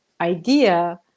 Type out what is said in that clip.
idea